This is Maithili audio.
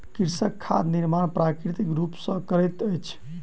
कृषक खाद निर्माण प्राकृतिक रूप सॅ करैत अछि